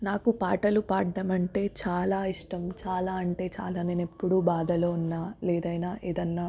నాకు పాటలు పాడడంమంటే చాలా ఇష్టం చాలా అంటే చాలా నేనెప్పుడు బాధలో ఉన్నా లేదైనా ఏదన్నా